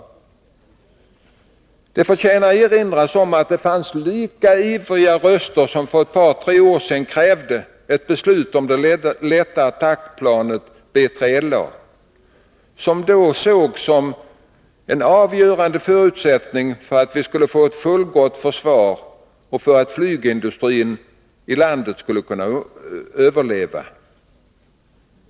Det förtjänar erinras om att det fanns lika ivriga röster som för ett par tre år sedan krävde ett beslut om det lätta attackplanet BILA som då sågs som en avgörande förutsättning för att vi skulle få ett fullgott försvar och för att flygindustrin i landet skulle kunna överleva.